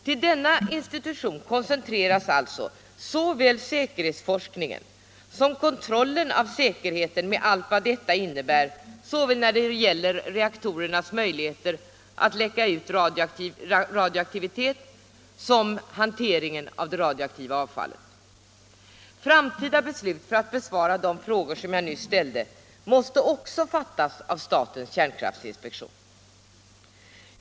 Till denna institution koncentreras alltså både säkerhetsforskning och kontroll av säkerheten med allt vad detta innebär såväl när det gäller reaktorernas möjligheter att läcka ut radioaktivitet som hanteringen av det radioaktiva avfallet. Framtida beslut för att besvara de frågor som jag nyss ställde måste också fattas av statens kärnkraftinspektion.